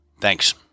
thanks